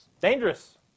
Dangerous